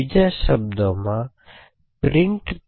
બીજા શબ્દોમાં print3a